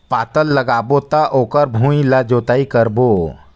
पातल लगाबो त ओकर भुईं ला जोतई करबो?